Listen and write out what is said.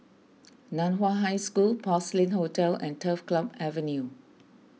Nan Hua High School Porcelain Hotel and Turf Club Avenue